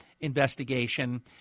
investigation